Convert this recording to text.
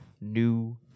New